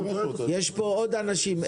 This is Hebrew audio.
יש פה עוד אנשים,